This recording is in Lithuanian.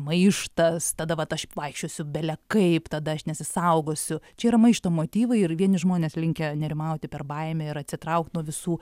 maištas tada vat aš vaikščiosiu belekaip tada aš nesisaugosiu čia yra maišto motyvai ir vieni žmonės linkę nerimauti per baimę ir atsitraukt nuo visų